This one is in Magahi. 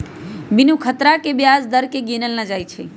बिनु खतरा के ब्याज दर केँ गिनल न जाइ छइ